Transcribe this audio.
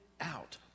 out